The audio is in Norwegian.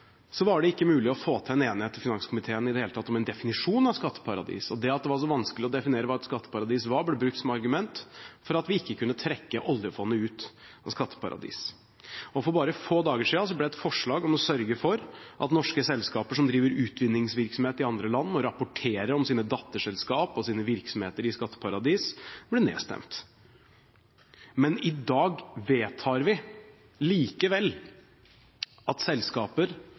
var det ikke mulig å få til en enighet i finanskomiteen i det hele tatt om en definisjon av skatteparadis, og det at det var så vanskelig å definere hva et skatteparadis er, ble brukt som argument for at vi ikke kunne trekke oljefondet ut av skatteparadis. For bare få dager siden ble et forslag om å sørge for at norske selskaper som driver utvinningsvirksomhet i andre land, må rapportere om sine datterselskaper og sine virksomheter i skatteparadis, nedstemt. Men i dag vedtar vi likevel at selskaper